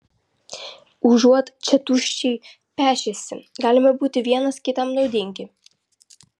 užuot čia tuščiai pešęsi galime būti vienas kitam naudingi